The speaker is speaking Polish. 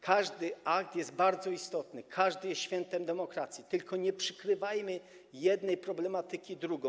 Każdy akt jest bardzo istotny, każdy jest świętem demokracji, tylko nie przykrywajmy jednej problematyki drugą.